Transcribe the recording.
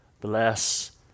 bless